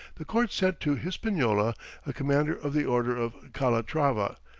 the court sent to hispaniola a commander of the order of calatrava,